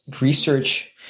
research